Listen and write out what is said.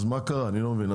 אז מה קרה אני לא מבין,